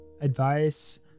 advice